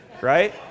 right